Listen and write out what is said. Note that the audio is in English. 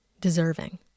deserving